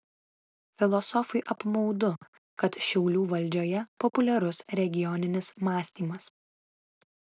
filosofui apmaudu kad šiaulių valdžioje populiarus regioninis mąstymas